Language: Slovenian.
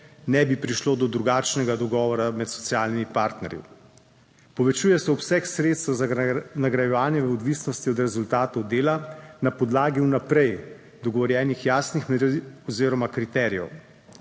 ne bi prišlo do drugačnega dogovora med socialnimi partnerji. Povečuje se obseg sredstev za nagrajevanje v odvisnosti od rezultatov dela na podlagi vnaprej dogovorjenih jasnih meril oziroma kriterijev.